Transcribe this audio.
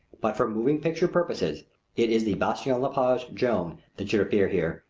but for moving picture purposes it is the bastien-lepage joan that should appear here,